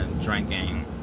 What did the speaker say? drinking